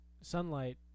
sunlight